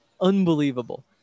Unbelievable